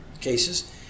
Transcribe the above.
cases